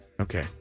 Okay